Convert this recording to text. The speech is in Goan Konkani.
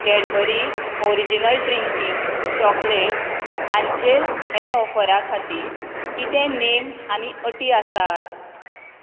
कॅडबरी ओरिजीनल ड्रिंकींग चॉकलेट हांचेर हे ऑफरा खातीर कितें नेम आनी अटी आसात